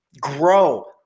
grow